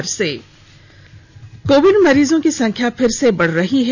शुरुआत कोविड मरीजों की संख्या फिर से बढ़ रही है